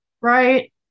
right